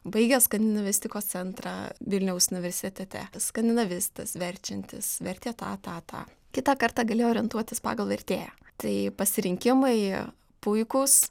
baigęs skandinavistikos centrą vilniaus universitete skandinavistas verčiantis vertė tą tą tą kitą kartą gali orientuotis pagal vertėją tai pasirinkimai puikūs